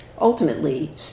ultimately